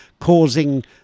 causing